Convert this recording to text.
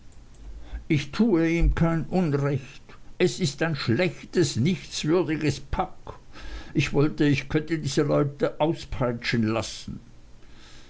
ich tue ihm kein unrecht es ist ein schlechtes nichtswürdiges pack ich wollte ich könnte diese leute auspeitschen lassen